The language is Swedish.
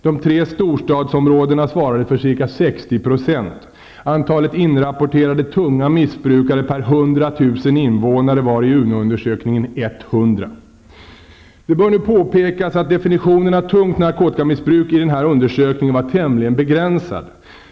Det bör emellertid påpekas att definitionen av tungt narkotikamissbruk i nämnda undersökning var tämligen begränsad.